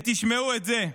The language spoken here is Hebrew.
ותשמעו את זה,